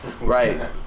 Right